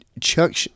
Chuck